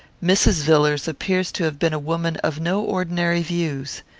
mrs. villars appears to have been a woman of no ordinary views.